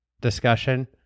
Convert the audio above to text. discussion